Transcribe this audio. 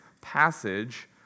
passage